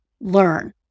learn